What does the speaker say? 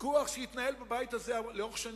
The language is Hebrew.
ויכוח שהתנהל בבית הזה לאורך שנים,